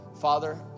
Father